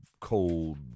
cold